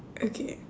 okay